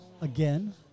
again